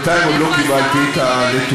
בינתיים עוד לא קיבלתי את הנתונים.